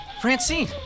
Francine